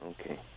Okay